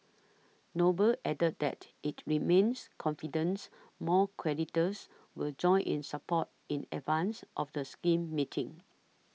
noble added that it remains confidence more creditors will join in support in advance of the scheme meetings